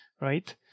right